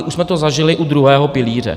Už jsme to zažili u druhého pilíře.